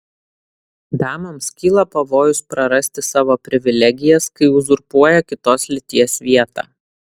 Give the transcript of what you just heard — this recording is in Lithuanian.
damoms kyla pavojus prarasti savo privilegijas kai uzurpuoja kitos lyties vietą